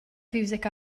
fiwsig